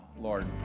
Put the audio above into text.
Lord